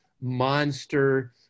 monster